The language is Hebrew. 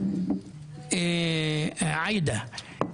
עאידה.